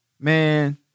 Man